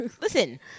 Listen